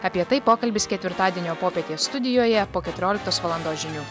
apie tai pokalbis ketvirtadienio popietę studijoje po keturioliktos valandos žinių